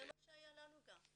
זה מה שהיה לנו גם.